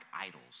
idols